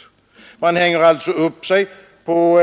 Utskottet hänger alltså upp sig på